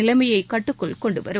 நிலைமையை கட்டுக்குள் கொண்டுவரும்